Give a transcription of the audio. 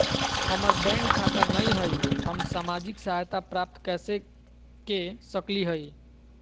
हमार बैंक खाता नई हई, हम सामाजिक सहायता प्राप्त कैसे के सकली हई?